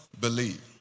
believe